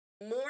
more